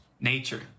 Nature